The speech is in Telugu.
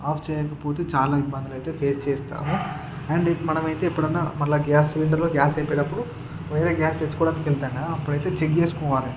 ఆఫ్ చేయకపోతే చాలా ఇబ్బందులైతే ఫేస్ చేస్తాము అండ్ మనమైతే ఎప్పుడన్న మళ్ళీ గ్యాస్ సిలిండర్లో గ్యాస్ అయిపోయినప్పుడు వేరే గ్యాస్ తెచ్చుకోవడం వెళ్తాం కదా అప్పుడైతే చెక్ చేసుకోవాలి